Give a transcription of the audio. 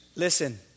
Listen